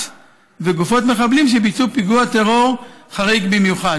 וגופות מחבלים שביצעו פיגוע טרור חריג במיוחד.